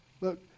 Look